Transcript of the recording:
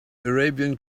arabian